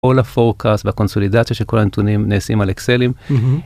כל הפורקאסט והקונסולידציה של כל הנתונים נעשים על אקסלים.